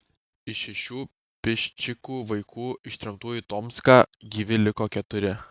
iš šešių piščikų vaikų ištremtų į tomską gyvi liko keturi